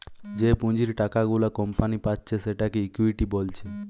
যে পুঁজির টাকা গুলা কোম্পানি পাচ্ছে সেটাকে ইকুইটি বলছে